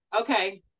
Okay